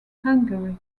hungary